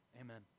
Amen